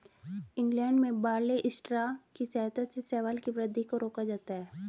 England में barley straw की सहायता से शैवाल की वृद्धि को रोका जाता है